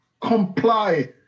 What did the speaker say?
Comply